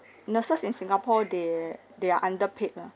nurses in singapore they they are underpaid lah